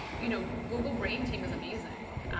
you know google brain team is amazing.